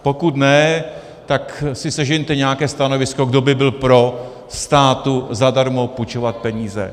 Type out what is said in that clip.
Pokud ne, tak si sežeňte nějaké stanovisko, kdo by byl pro státu zadarmo půjčovat peníze.